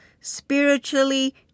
Spiritually